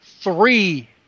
three